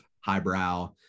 highbrow